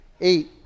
eight